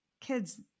kids